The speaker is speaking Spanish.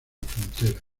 frontera